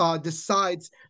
decides